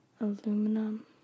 aluminum